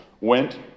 went